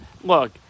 look